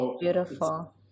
beautiful